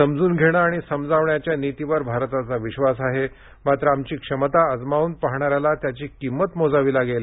समजून घेणे आणि समजावण्याच्या नीतीवर भारताचा विश्वास आहे मात्र आमची क्षमता आजमावून पाहणाऱ्याला त्याची किंमंत मोजावी लागेल